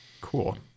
cool